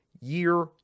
year